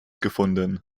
gefunden